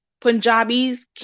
Punjabis